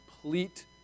complete